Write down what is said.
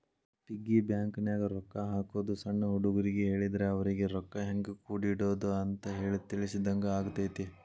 piggy ಬ್ಯಾಂಕನ್ಯಾಗ ರೊಕ್ಕಾ ಹಾಕೋದು ಸಣ್ಣ ಹುಡುಗರಿಗ್ ಹೇಳಿದ್ರ ಅವರಿಗಿ ರೊಕ್ಕಾ ಹೆಂಗ ಕೂಡಿಡೋದ್ ಅಂತ ತಿಳಿಸಿದಂಗ ಆಗತೈತಿ